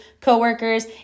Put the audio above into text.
coworkers